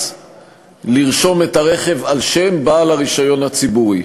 נאלץ לרשום את הרכב על שם בעל הרישיון הציבורי,